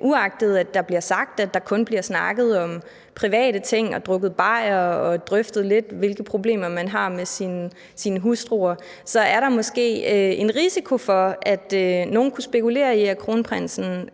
Uagtet at der bliver sagt, at der kun bliver snakket om private ting og drukket bajere og drøftet lidt, hvilke problemer man har med sin hustru, er der måske en risiko for, at nogle kunne spekulere i, at kronprinsen